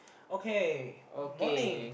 okay morning